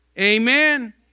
Amen